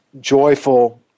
joyful